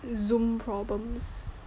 Zoom problems